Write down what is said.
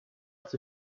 dass